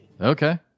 Okay